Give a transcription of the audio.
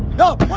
know